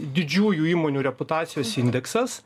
didžiųjų įmonių reputacijos indeksas